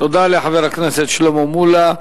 תודה לחבר הכנסת שלמה מולה.